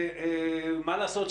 מה לעשות,